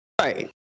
right